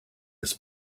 his